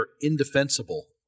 indefensible